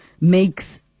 makes –